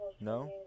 No